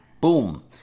Boom